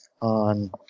on